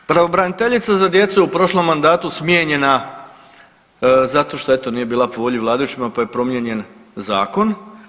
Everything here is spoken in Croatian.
Pravobraniteljica za djecu je u prošlom mandatu smijenjena zato što eto nije bila po volji vladajućima, pa je promijenjen zakon.